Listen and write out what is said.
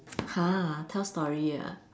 !huh! tell story ah